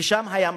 ושם היה מחקר,